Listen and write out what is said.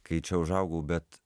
kai čia užaugau bet